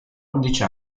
undici